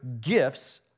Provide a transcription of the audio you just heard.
gifts